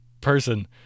person